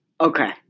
Okay